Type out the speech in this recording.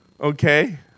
Okay